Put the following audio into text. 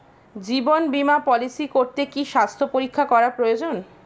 জীবন বীমা পলিসি করতে কি স্বাস্থ্য পরীক্ষা করা প্রয়োজন?